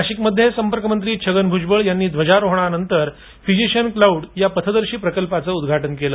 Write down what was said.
नाशिकमध्ये संपर्क मंत्री छगन भूजबळ यांनी ध्वजारोहणानंतर फिजिशियन क्लाऊड या पथदर्शी प्रकल्पाचं उद्घाटन केल